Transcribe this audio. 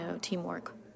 teamwork